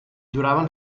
duraven